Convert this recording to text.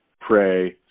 pray